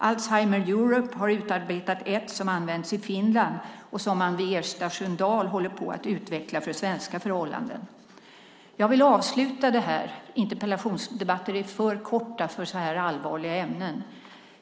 Alzheimer Europe har utarbetat ett som används i Finland och som man vid Ersta-Sköndal håller på att utveckla för svenska förhållanden. Interpellationsdebatter är för korta för så här allvarliga ämnen.